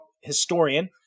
historian